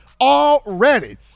already